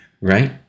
Right